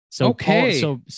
Okay